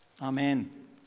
Amen